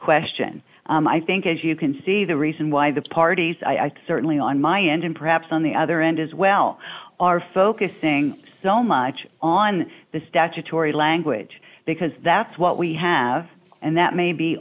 question i think as you can see the reason why the parties i certainly on my end and perhaps on the other end as well are focusing so much on the statutory language because that's what we have and that may be